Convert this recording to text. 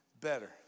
better